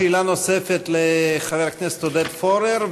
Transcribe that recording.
שאלה נוספת לחבר הכנסת עודד פורר,